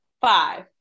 five